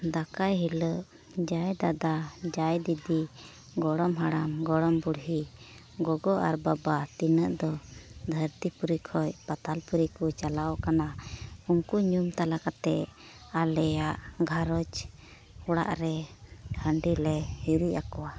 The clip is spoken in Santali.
ᱫᱟᱠᱟᱭ ᱦᱤᱞᱳᱜ ᱡᱟᱭ ᱫᱟᱫᱟ ᱡᱟᱭ ᱫᱤᱫᱤ ᱜᱚᱲᱚᱢ ᱦᱟᱲᱟᱢ ᱜᱚᱲᱚᱢ ᱵᱩᱲᱦᱤ ᱜᱚᱜᱚ ᱟᱨ ᱵᱟᱵᱟ ᱛᱤᱱᱟᱹᱜ ᱫᱚ ᱫᱷᱟᱹᱨᱛᱤ ᱯᱩᱨᱤ ᱠᱷᱚᱡ ᱯᱟᱛᱟᱞ ᱯᱩᱨᱤ ᱠᱚ ᱪᱟᱞᱟᱣ ᱠᱟᱱᱟ ᱩᱱᱠᱩ ᱧᱩᱢ ᱛᱟᱞᱟ ᱠᱟᱛᱮᱫ ᱟᱞᱮᱭᱟᱜ ᱜᱷᱟᱨᱚᱸᱡᱽ ᱚᱲᱟᱜ ᱨᱮ ᱦᱟᱺᱰᱤᱞᱮ ᱦᱤᱨᱤᱡ ᱟᱠᱚᱣᱟ